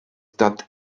dot